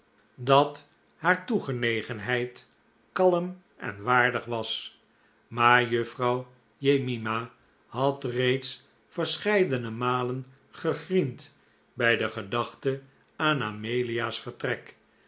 dat haar toegenegenheid kalm en waardig was maar juffrouw jemima had reeds verscheidene malen gegriend bij de gedachte aan amelia's vertrek